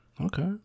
okay